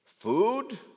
Food